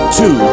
two